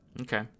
Okay